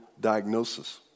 diagnosis